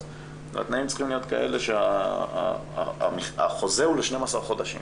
והתנאים צריכים להיות כאלה שהחוזה הוא ל-12 חודשים.